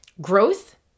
growth